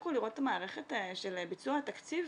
הכול לראות את המערכת של ביצוע התקציב,